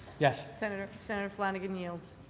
yes. senator senator flanagan yields.